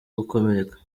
gukomereka